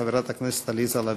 לחברת הכנסת עליזה לביא.